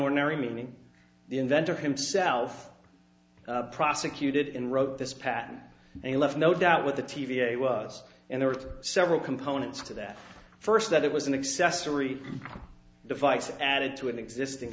ordinary meaning the inventor himself prosecuted and wrote this patent and he left no doubt with the t v it was and there were several components to that first that it was an accessory device added to an existing